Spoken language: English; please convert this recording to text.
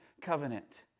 covenant